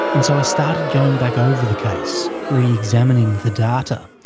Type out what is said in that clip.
and so i started going back over the case, re-examining the data.